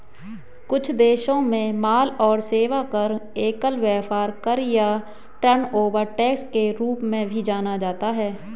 कुछ देशों में माल और सेवा कर, एकल व्यापार कर या टर्नओवर टैक्स के रूप में भी जाना जाता है